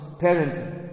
parenting